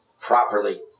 properly